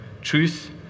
truth